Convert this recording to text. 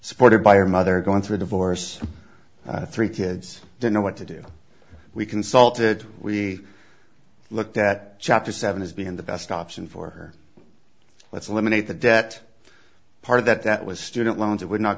supported by her mother going through a divorce three kids don't know what to do we consulted we looked at chapter seven as being the best option for her let's eliminate the debt part of that that was student loans that would not